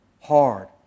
hard